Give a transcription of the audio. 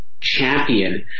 champion